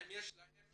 האם יש להם